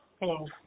Hello